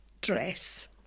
dress